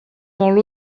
molt